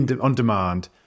on-demand